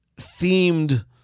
themed